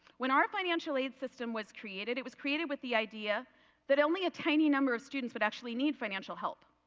when our financial aid system was created it was created with the idea that only a tiny number of students but would need financial help.